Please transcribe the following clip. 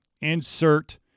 Insert